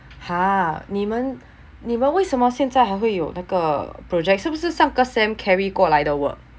!huh! 你们你们为什么现在还会有那个 project 是不是上个 sem carry 过来的 work